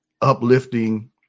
Uplifting